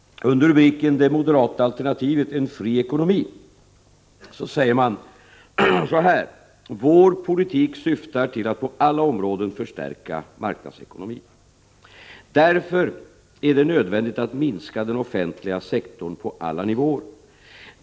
Under rubriken Det moderata alternativet — En fri ekonomi säger man: ”Vår politik syftar till att på alla områden förstärka marknadsekonomin. --- Därför är det nödvändigt att minska den offentliga sektorn på alla nivåer.